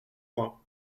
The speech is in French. mois